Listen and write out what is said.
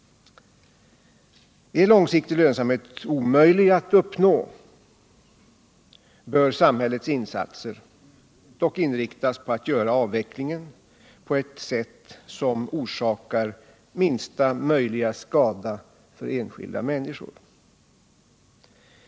Är långsiktig lönsamhet omöjlig att uppnå, bör samhällets insatser dock inriktas på att göra avvecklingen på ett sätt som orsakar minsta möjliga skada för enskilda människor.